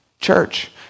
church